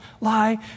lie